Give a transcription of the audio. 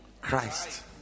Christ